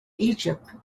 egypt